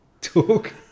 talk